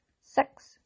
six